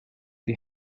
the